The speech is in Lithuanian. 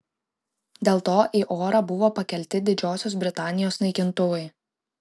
dėl to į orą buvo pakelti didžiosios britanijos naikintuvai